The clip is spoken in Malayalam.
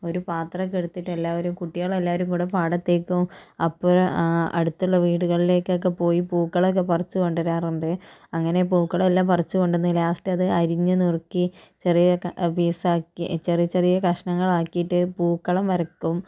ഒരു പത്രക്കേടുത്തിട്ട് എല്ലാവരും കുട്ടികളെല്ലാവരും കൂടെ പാടത്തേക്കും അപ്പഴ് അടുത്തുള്ള വീടുകളിലേക്കക്കെ പോയി പൂക്കളക്കെ പറിച്ച് കൊണ്ട് വരാറുണ്ട് അങ്ങനെ പൂക്കളെല്ലാം പറിച്ച് കൊണ്ട് വന്ന് ലാസ്റ്റത് അറിഞ്ഞ് നുറുക്കി ചെറിയ ക ചെറിയ പീസാക്കി ചെറിയ ചെറിയ കഷ്ണങ്ങളാക്കീട്ട് പൂക്കളം വരക്കും